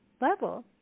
level